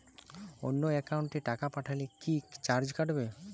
অন্য একাউন্টে টাকা পাঠালে কি চার্জ কাটবে?